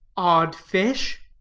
odd fish!